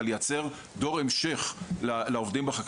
אבל זה לייצר דור המשך לחקלאות.